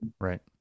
Right